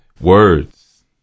Words